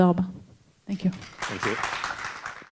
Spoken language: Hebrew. תודה רבה… Thank you